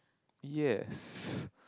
yes